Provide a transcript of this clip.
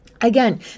again